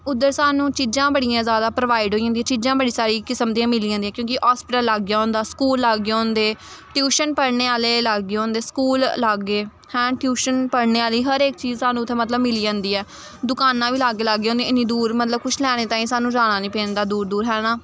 उद्धर सानूं चीजां बड़ियां जैदा प्रोवाइड होई जंदियां चीजां बड़ी सारी किसम दियां मिली जंदियां क्योंकि हास्पिटल लाग्गै होंदा स्कूल लाग्गै होंदे ट्यूशन पढ़ने आह्ले लाग्गै होंदे स्कूल लाग्गै हैं ट्यूशन पढ़ने आह्ली हर इक चीज सानूं उत्थै मतलब मिली जंदी ऐ दुकानां बी लाग्गै लाग्गै होंदियां इन्नियां दूर मतलब कुछ लैने ताईं सानूं जाना निं पैंदा दूर दूर है ना